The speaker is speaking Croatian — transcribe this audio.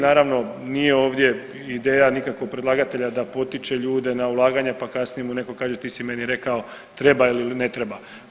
Naravno nije ovdje ideja nikako predlagatelja da potiče ljude na ulaganje, pa kasnije mu netko kaže ti si meni rekao treba ili ne treba.